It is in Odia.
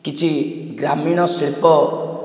କିଛି ଗ୍ରାମୀଣ ଶିଳ୍ପ